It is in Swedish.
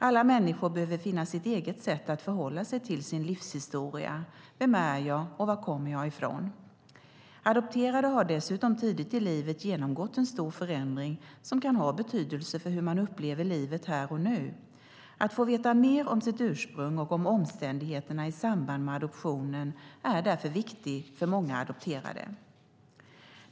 Alla människor behöver finna sitt eget sätt att förhålla sig till sin livshistoria - vem är jag och var kommer jag ifrån? Adopterade har dessutom tidigt i livet genomgått en stor förändring som kan ha betydelse för hur man upplever livet här och nu. Att få veta mer om sitt ursprung och om omständigheterna i samband med adoptionen är därför viktigt för många adopterade.